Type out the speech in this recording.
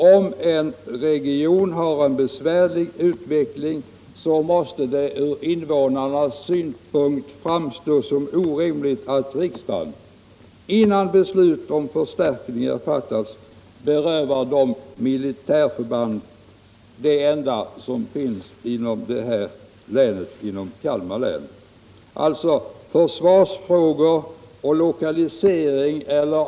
Om en region har en besvärlig utveckling, måste det från invånarnas synpunkt framstå såsom orimligt att riksdagen, innan beslut om förstärkningar fattas, berövar regionen det militärförband som finns inom länet — i detta fall Kalmar län.